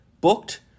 booked